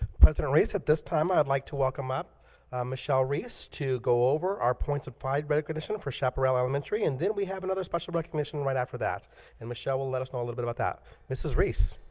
president reese at this time i'd like to welcome up michelle reese to go over our points of pride recognition for chaparral elementary and then we have another special recognition right after that and michelle will let us know a little bit about that ms. reese